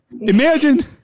Imagine